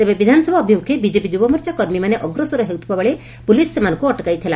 ତେବେ ବିଧାନସଭା ଅଭିମୁଖେ ବି ଯୁବମୋର୍ଚ୍ଚା କର୍ମୀମାନେ ଅଗ୍ରସର ହେଉଥିବାବେଳେ ପୁଲିସ୍ ସେମାନଙ୍ଙୁ ଅଟକାଇଥିଲା